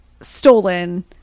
stolen